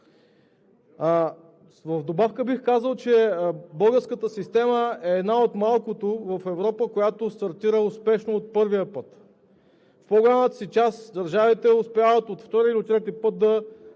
В добавка бих казал, че българската система е една от малкото в Европа, която стартира успешно от първия път. В по-голямата си част държавите успяват от втория или от третия път да